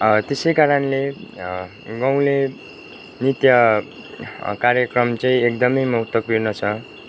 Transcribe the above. त्यसै कारणले गाउँले नृत्य कार्यक्रम चाहिँ एकदमै महत्त्वपूर्ण छ